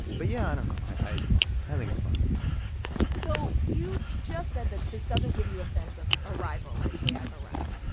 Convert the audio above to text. but yeah, i don't know. i think it's fun so you just said that this doesn't give you a sense of arrival, like, hey, i've arrived.